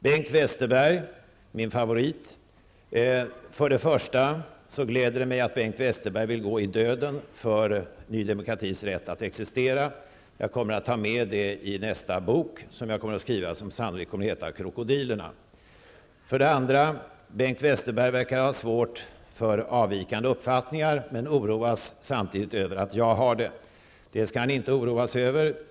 Bengt Westerberg, min favorit: För det första gläder mig att Bengt Westerberg vill gå i döden för ny demokratis rätt att existera. Jag kommer att ta med i det i nästa bok jag kommer att skriva, som sannolikt kommer att heta Krokodilerna. För det andra verkar Bengt Westerberg ha svårt för avvikande uppfattningar, men han oroas samtidigt över att jag har det. Det skall han inte oroa sig över.